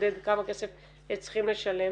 שתתמודד כמה כסף הם צריכים לשלם?